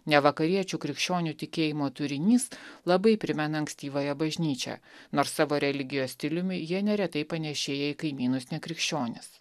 ne vakariečių krikščionių tikėjimo turinys labai primena ankstyvąją bažnyčią nors savo religijos stiliumi jie neretai panėšėja į kaimynus nekrikščionis